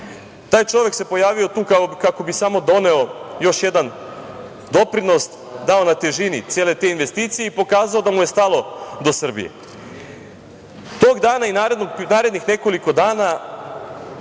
Taj čovek se pojavio tu kako bi samo doneo još jedan doprinos, dao na težini cele te investicije i pokazao da mu je stalo do Srbije. Tog dana i narednih nekoliko dana